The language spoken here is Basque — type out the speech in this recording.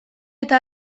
eta